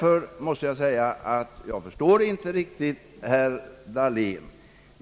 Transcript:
Jag måste därför säga, att jag inte riktigt förstår herr Dahlén.